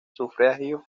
sufragio